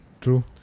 True